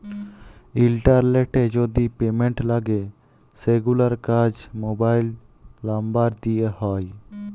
ইলটারলেটে যদি পেমেল্ট লাগে সেগুলার কাজ মোবাইল লামবার দ্যিয়ে হয়